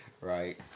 right